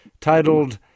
titled